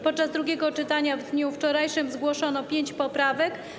Podczas drugiego czytania w dniu wczorajszym zgłoszono pięć poprawek.